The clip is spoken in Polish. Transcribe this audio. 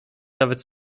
nawet